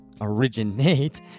originate